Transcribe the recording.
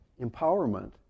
empowerment